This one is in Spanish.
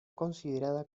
considerada